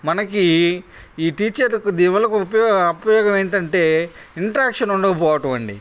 మనకి ఈ టీచర్లకు దీని వల్ల ఒక అపయోగం ఏమిటి అంటే ఇంటరాక్షన్ ఉండకపోవడమండి